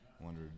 wondered